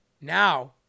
now